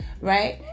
right